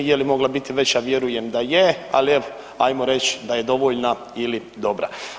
Je li mogla biti veća, vjerujem da je, ali ajmo reći da je dovoljna ili dobra.